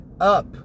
up